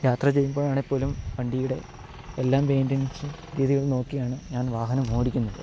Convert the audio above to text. യാത്ര ചെയ്യുമ്പോഴാണേപ്പോലും വണ്ടിയുടെ എല്ലാ മേയ്ൻ്റെനൻസും രീതികളും നോക്കിയാണ് ഞാൻ വാഹനം ഓടിക്കുന്നത്